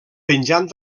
penjant